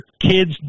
kids